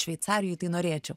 šveicarijoj tai norėčiau